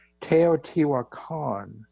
Teotihuacan